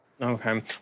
Okay